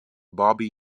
bobby